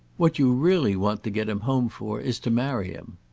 what you really want to get him home for is to marry him.